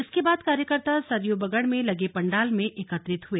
इसके बाद कार्यकर्ता सरयू बगड़ में लगे पंडाल में एकत्रित हुए